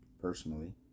personally